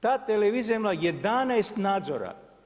Ta televizija je imala 11 nadzora.